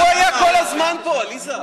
הוא היה כל הזמן פה, עליזה.